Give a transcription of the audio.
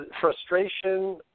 frustration